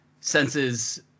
senses